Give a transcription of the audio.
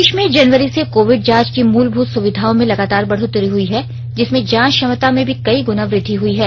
देश में जनवरी से कोविड जांच की मूलभूत सुविधाओं में लगातार बढोतरी हुई है जिससे जांच क्षमता में भी कई गुना वृद्धि हुई है